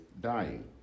dying